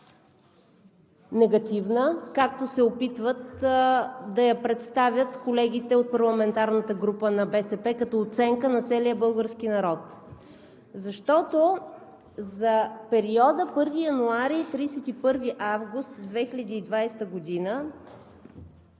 негативна, както се опитват да я представят колегите от парламентарната група на БСП, а е като оценка на целия български народ. За периода 1 януари – 31 август 2020 г.